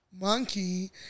monkey